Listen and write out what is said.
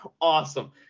awesome